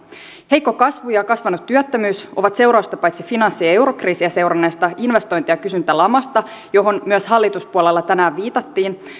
heikko kasvu ja kasvanut työttömyys ovat seurausta paitsi finanssi ja ja eurokriisiä seuranneesta investointi ja kysyntälamasta johon myös hallituspuolella tänään viitattiin